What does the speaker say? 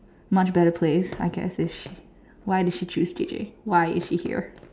much better place I guess is she why did she choose teaching why is she here